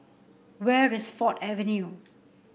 where is Ford Avenue